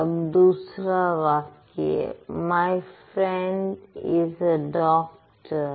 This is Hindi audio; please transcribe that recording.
अब दूसरा वाक्य my friend is a doctor